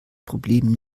problem